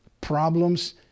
problems